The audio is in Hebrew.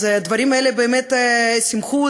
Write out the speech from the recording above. אז הדברים האלה באמת שימחו אותי,